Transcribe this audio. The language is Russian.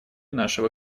нашего